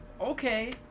okay